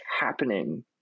happening